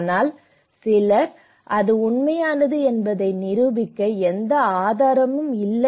ஆனால் சிலர் வாதிடுகின்றனர் அது உண்மையானது என்பதை நிரூபிக்க எந்த ஆதாரமும் இல்லை